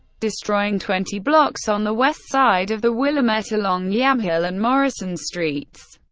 destroying twenty blocks on the west side of the willamette along yamhill and morrison streets,